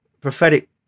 prophetic